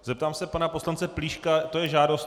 Zeptám se pana poslance Plíška to je žádost?